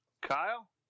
kyle